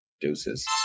deuces